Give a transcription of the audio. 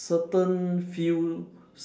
certain field